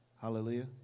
Hallelujah